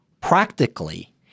practically